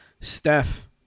Steph